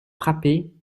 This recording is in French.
frapper